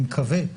אני מקווה.